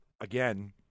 again